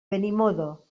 benimodo